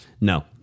No